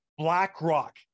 BlackRock